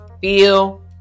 feel